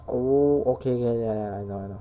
oh okay K ya ya ya I know I know